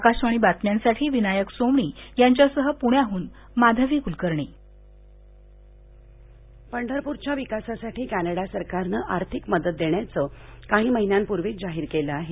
आकाशवाणी बातम्यांसाठी विनायक सोमणी यांच्यासह प्ण्याहन माधवी क्लकर्णी सोलाप्रः पंढरप्रच्या विकासासाठी कॅनडा सरकारनं आर्थिक मदत देण्याचं काही महिन्यांपूर्वीच जाहीर केल आहे